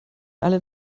alle